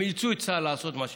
הם אילצו את צה"ל לעשות את מה שעשה.